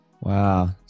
Wow